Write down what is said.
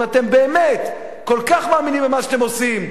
אם אתם באמת כל כך מאמינים במה שאתם עושים,